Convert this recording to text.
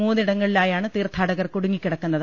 മൂന്നിടങ്ങളിലായാണ് തീർത്ഥാടകർ കുടുങ്ങിക്കി ടക്കുന്നത്